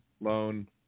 loan